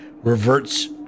reverts